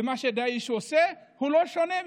ומה שדאעש עושה הוא לא שונה.